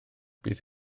bydd